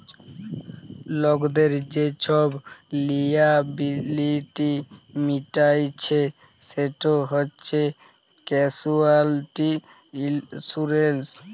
লকদের যে ছব লিয়াবিলিটি মিটাইচ্ছে সেট হছে ক্যাসুয়ালটি ইলসুরেলস